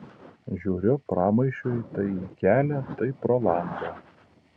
žiūriu pramaišiui tai į kelią tai pro langą